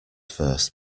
first